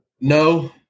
No